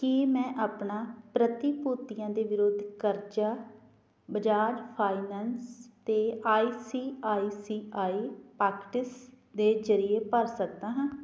ਕੀ ਮੈਂ ਆਪਣਾ ਪ੍ਰਤੀਭੂਤੀਆਂ ਦੇ ਵਿਰੁੱਧ ਕਰਜ਼ਾ ਬਜਾਜ ਫਾਈਨੈਂਸ ਅਤੇ I C I C I pockets ਦੇ ਜ਼ਰੀਏ ਭਰ ਸਕਦਾ ਹਾਂ